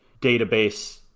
database